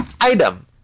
item